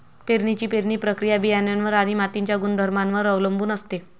पेरणीची पेरणी प्रक्रिया बियाणांवर आणि मातीच्या गुणधर्मांवर अवलंबून असते